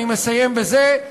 אני מסיים בזה.